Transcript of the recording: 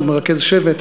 ומרכז שבט,